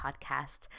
podcast